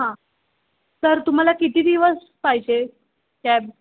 हां तर तुम्हाला किती दिवस पाहिजे कॅब